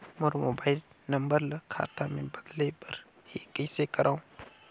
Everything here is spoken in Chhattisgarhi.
मोर मोबाइल नंबर ल खाता मे बदले बर हे कइसे करव?